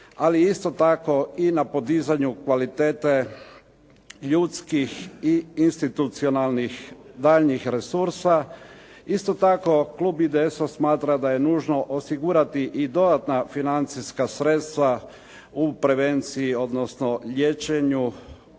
ali isto tako i na podizanju kvalitete ljudskih i institucionalnih daljnjih resursa. Isto tako klub IDS-a smatra da je nužno osigurati i dodatna financijska sredstva u prevenciji, odnosno liječenju